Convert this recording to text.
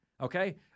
Okay